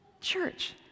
church